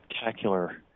spectacular